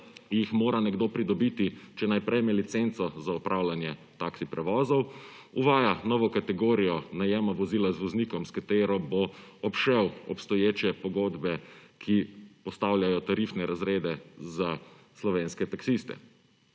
ki jih mora nekdo pridobiti, če naj prejme licenco za opravljanje taksi prevozov, uvaja novo kategorijo najema vozila z voznikom s katero bo obšel obstoječe pogodbe, ki postavljajo tarifne razrede za slovenske taksiste.